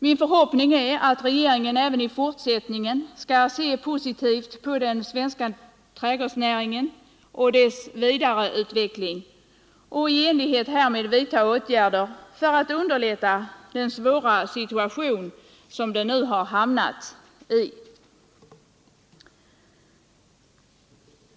Min förhoppning är att regeringen även i fortsättningen skall se positivt på den svenska trädgårdsnäringen och dess vidareutveckling och i enlighet härmed vidta åtgärder för att underlätta den svåra situation som den nu har hamnat i.